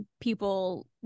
people